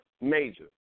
major